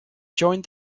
joined